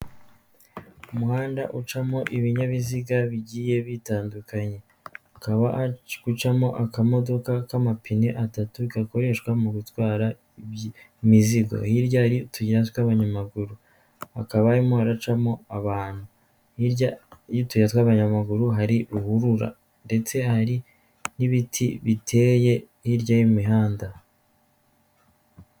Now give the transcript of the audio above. Umuhanda ucamo ibinyabiziga bigiye bitandukanye, hakaba hari gucamo akamodoka k'amapine atatu gakoreshwa mu gutwara imizigo, hirya hari utuyira tw'abanyamaguru hakaba harimo haracamo abantu, hirya y'utuyira tw'abanyamaguru hari ruhurura ndetse hari n'ibiti biteye hirya y'imihanda.